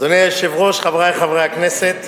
אדוני היושב-ראש, חברי חברי הכנסת,